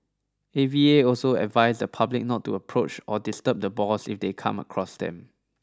A V A also advised the public not to approach or disturb the boars if they come across them